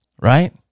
Right